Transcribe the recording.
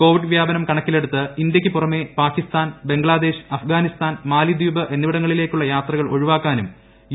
Covid വ്യാപനം കണക്കിലെടുത്ത് ഇന്ത്യയ്ക്ക് പുറമേ പാകിസ്ഥാൻ ബംഗ്ലാദേശ് അഫ്ഗാനിസ്ഥാൻ മാലിദ്വീപ് എന്നിവിടങ്ങളിലേക്കുള്ള യാത്രകൾ ഒഴിവാക്കാനും യു